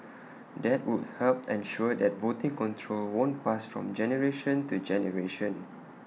that would help ensure that voting control won't pass from generation to generation